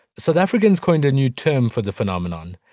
south africans coined a new term for the phenomenon.